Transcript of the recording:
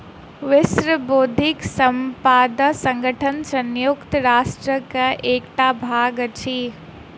विश्व बौद्धिक संपदा संगठन संयुक्त राष्ट्रक एकटा भाग अछि